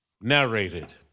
narrated